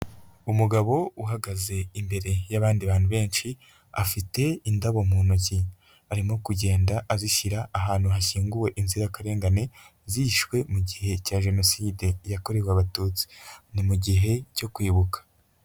Umugabo uhagaze imbere y'abandi bantu benshi, afite indabo mu ntoki, arimo kugenda azishyira ahantu hashyinguwe inzirakarengane, zishwe mu gihe cya Jenoside yakorewe Abatutsi. Ni mu gihe cyo kwibuka.